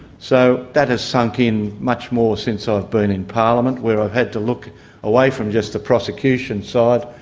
so, that has sunk in much more since i've been in parliament, where i've had to look away from just the prosecution side,